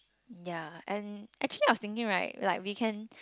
ya and actually I was thinking right like we can